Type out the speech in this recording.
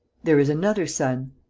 there is another son.